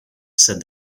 said